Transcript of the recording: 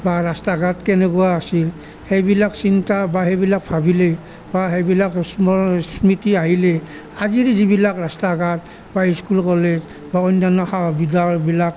বা ৰাস্তা ঘাট কেনেকুৱা আছিল সেইবিলাক চিন্তা বা সেইবিলাক ভাবিলেই বা সেইবিলাক স্মৰণ স্মৃতি আহিলেই আজিৰ যিবিলাক ৰাস্তা ঘাট বা স্কুল কলেজ বা অন্যান্য সা সুবিধাবিলাক